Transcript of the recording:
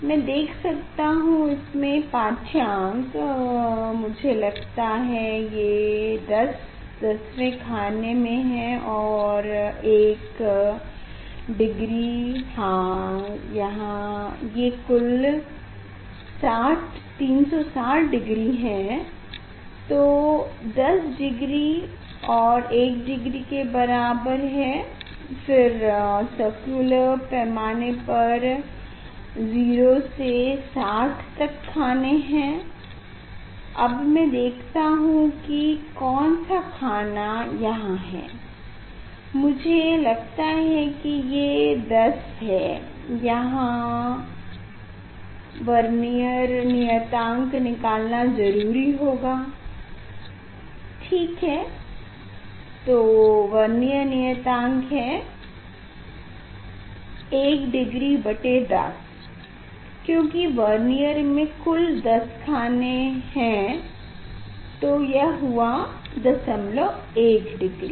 मैं देख सकता हूँ इसका पाढ्यांक मुझे लगता है ये 10 10वे खाने में हैं और 1 डिग्री हाँ यही है ये कुल 360 डिग्री है तो 10 डिग्री और 1 डिग्री के बराबर हैं फिर सर्कुलर पैमाने पर 0 से 60 तक खाने हैं अब मैं देखता हूँ की कौन सा खाना यहाँ है मुझे लगता है ये 10 है यहाँ वर्नियर नियतांक निकालना जरूरी होगा ठीक है तो वर्नियर नियतांक है 1डिग्री बटे 10 क्योंकि वर्नियर में कुल 10 खाने तो यह हुआ 01 डिग्री